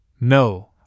no